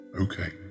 Okay